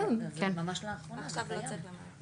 אז יכול להיות שזה ירד ביחד עם הצהרת הבריאות,